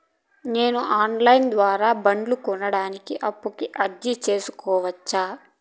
నేను online ద్వారా బండ్లు కొనడానికి అప్పుకి అర్జీ సేసుకోవచ్చా?